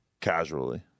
Casually